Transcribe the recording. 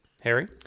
Harry